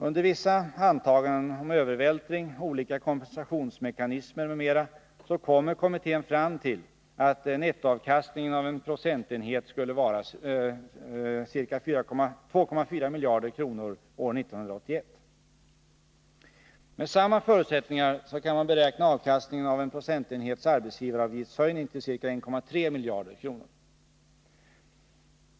Under vissa antaganden om övervältring, olika kompensationsmekanismer m.m. kommer kommittén fram till att nettoavkastningen av en procentenhet skulle vara ca 2,4 miljarder kronor år 1981. Med samma förutsättningar kan man beräkna avkastningen av en procentenhets arbetsgivaravgiftshöjning till ca 1,3 miljarder kronor.